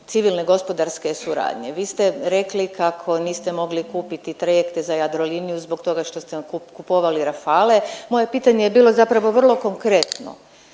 civilne gospodarske suradnje vi ste rekli kako niste mogli kupiti trajekte za Jadroliniju zbog toga što ste kupovali Rafale, moje pitanje je bilo zapravo vrlo konkretno.